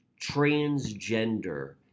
transgender